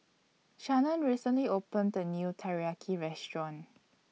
Shannen recently opened A New Teriyaki Restaurant